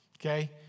okay